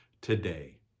today